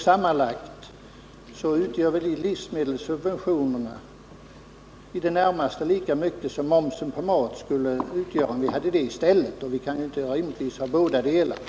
Sammanlagt utgör väl de livsmedelssubventionerna i det närmaste lika mycket som momsen på mat skulle utgöra om vi hade den i stället. Vi kan naturligtvis inte ha båda delarna.